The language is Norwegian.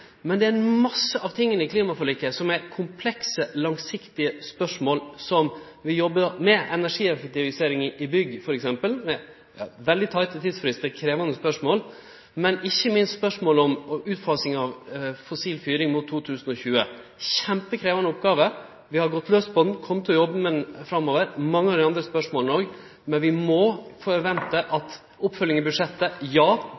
Men det er mykje i klimaforliket som er komplekse, langsiktige spørsmål som vi jobbar med, f.eks. energieffektivisering i bygg, med veldig «tighte» tidsfristar og krevjande spørsmål, og ikkje minst utfasing av fossil fyring mot 2020. Det er ei kjempekrevjande oppgåve. Vi har gått laus på ho, og vi kjem til å jobbe med ho og mange av dei andre spørsmåla framover. Men når det gjeld oppfølging av budsjettet, må vi vente: Ja